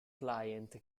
client